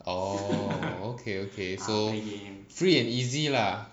oh okay okay so free and easy lah